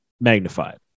magnified